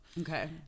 Okay